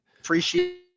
Appreciate